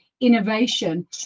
innovation